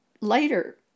later